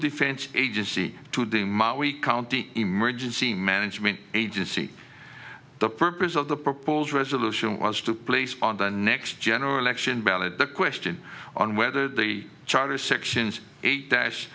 defense agency to dumas we county emergency management agency the purpose of the proposed resolution was to place on the next general election ballot question on whether the charter sections eight dash